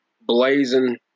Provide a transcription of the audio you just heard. blazing